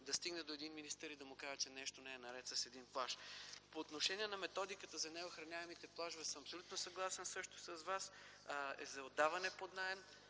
да стигне до един министър и да му каже, че нещо не е наред с един плаж. По отношение на методиката за неохраняемите плажове – също съм абсолютно съгласен с вас. За отдаване под наем